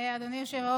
אדוני היושב-ראש,